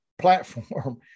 platform